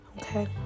Okay